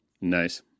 Nice